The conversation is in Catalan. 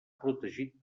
protegit